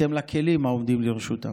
בהתאם לכלים העומדים לרשותן,